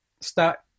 start